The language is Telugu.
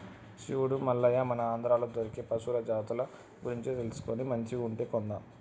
శివుడు మల్లయ్య మన ఆంధ్రాలో దొరికే పశువుల జాతుల గురించి తెలుసుకొని మంచివి ఉంటే కొందాం